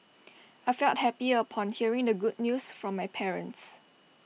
I felt happy upon hearing the good news from my parents